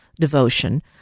devotion